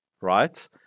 right